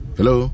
Hello